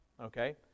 okay